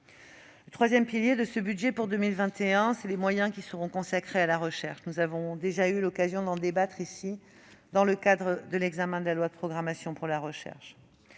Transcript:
au troisième pilier de ce budget pour 2021 : les moyens qui seront consacrés à la recherche française. Nous avons déjà eu l'occasion d'en débattre ici même, dans le cadre de l'examen de la loi de programmation de la recherche,